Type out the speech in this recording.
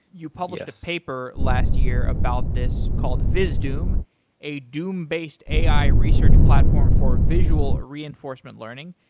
you published a paper last year about this, called vizdoom a doom-based ai research platform for visual reinforcement learning.